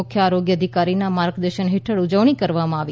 મુખ્ય આરોગ્ય અધિકારીના માર્ગદર્શન હેઠળ ઉજવણી કરવામાં આવી